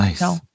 no